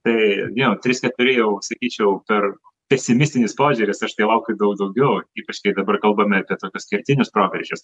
tai jo trys keturi jau sakyčiau per pesimistinis požiūris aš tai laukiu daug daugiau ypač kai dabar kalbame apie tokius kertinius proveržius